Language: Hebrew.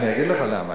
אני אגיד לך למה,